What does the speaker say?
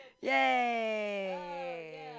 yay